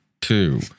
Two